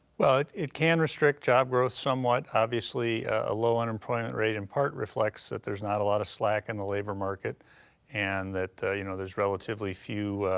well, it can restrict job growth somewhat. obviously a low unemployment rate in part reflects that there's not a lot of slack in the labor market and that you know there's relatively few